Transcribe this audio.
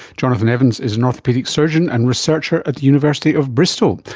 jonathan evans is an orthopaedic surgeon and researcher at the university of bristol.